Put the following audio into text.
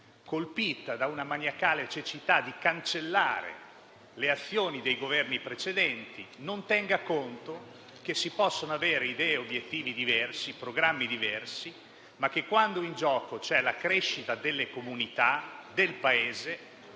colpiti da una maniacale cecità di cancellare le azioni dei Governi precedenti, non tengano conto che si possono avere idee, obiettivi e programmi diversi, ma che quando è in gioco la crescita delle comunità e del Paese